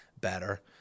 better